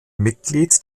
mitglied